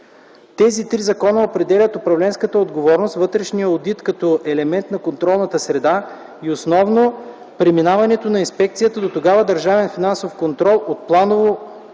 Тези три закона определят управленската отговорност, вътрешния одит като елемент на контролната среда и основно преминаването на Инспекцията, дотогава Държавен финансов контрол, от планова